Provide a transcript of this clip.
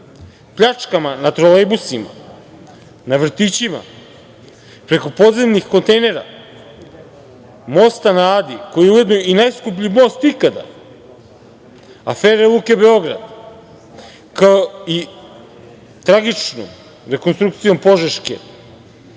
pljačkama na trolejbusima, na vrtićima, preko podzemnih kontejnera, mosta na Adi koji je ujedno i najskuplji most ikada, afere Luke Beograd, kao i tragičnom rekonstrukcijom Požeške